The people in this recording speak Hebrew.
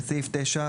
בסעיף 9,